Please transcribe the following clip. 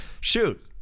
shoot